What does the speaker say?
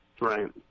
Right